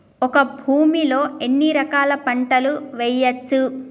ఒక భూమి లో ఎన్ని రకాల పంటలు వేయచ్చు?